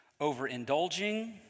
overindulging